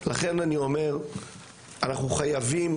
לכן אני אומר שאנחנו חייבים,